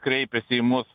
kreipiasi į mus